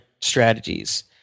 strategies